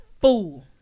fool